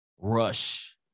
rush